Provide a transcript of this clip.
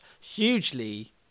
hugely